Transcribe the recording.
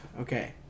okay